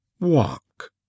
Walk